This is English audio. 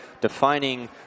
defining